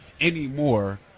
anymore